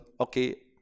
okay